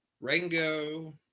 Rango